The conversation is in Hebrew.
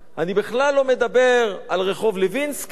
אני בכלל לא מדבר על רחוב לוינסקי,